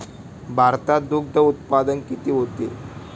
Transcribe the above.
भारतात दुग्धउत्पादन किती होते?